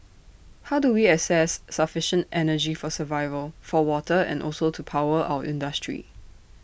how do we access sufficient energy for survival for water and also to power our industry